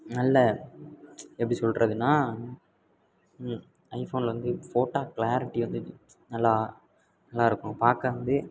நல்ல எப்படி சொல்கிறதுன்னா ஐஃபோனில் வந்து ஃபோட்டாே க்ளாரிட்டி வந்து நல்லா நல்லாயிருக்கும் பார்க்க வந்து